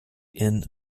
and